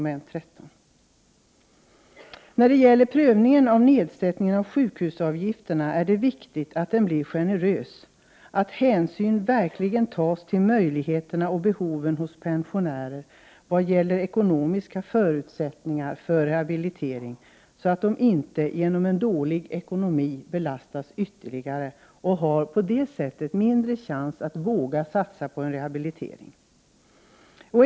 När det gäller prövningen av nedsättningen av sjukhusavgifterna är det viktigt att den blir generös, att hänsyn verkligen tas till möjligheterna och behoven hos pensionärer i vad gäller ekonomiska förutsättningar för rehabilitering, så att de inte genom en dålig ekonomi belastas ytterligare och på det sättet har mindre chans att våga satsa på en rehabilitering.